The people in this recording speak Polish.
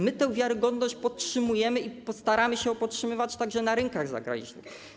My tę wiarygodność podtrzymujemy i staramy się ją podtrzymywać także na rynkach zagranicznych.